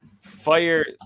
fire